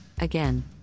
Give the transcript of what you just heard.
again